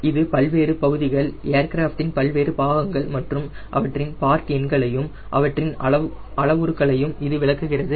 இது பல்வேறு பகுதிகள்ஏர்கிராஃப்ட் இன் பல்வேறு பாகங்கள் மற்றும் அவற்றின் பார்ட் எண்களையும் அவற்றின் அளவுகளையும் இது விளக்குகிறது